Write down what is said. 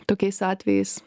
tokiais atvejais